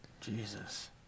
Jesus